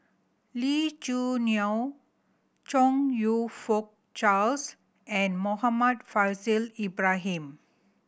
Lee Choo Neo Chong You Fook Charles and Muhammad Faishal Ibrahim